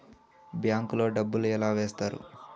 bank లో డబ్బులు ఎలా వేస్తారు